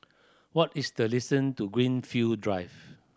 what is the distance to Greenfield Drive